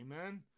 Amen